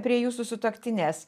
prie jūsų sutuoktinės